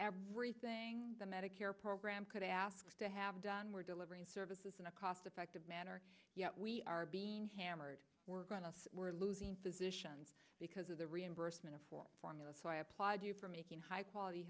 everything the medicare program could ask to have done we're delivering services in a cost effective manner yet we are being hammered we're going to we're losing physicians because of the reimbursement for formula so i applaud you for making high quality